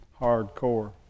hardcore